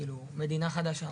מדינה חדשה,